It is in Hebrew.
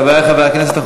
חברי חברי הכנסת,